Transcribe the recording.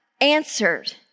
answered